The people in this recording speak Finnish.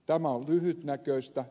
tämä on lyhytnäköistä